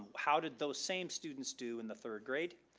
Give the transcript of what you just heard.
how did those same students do in the third grade?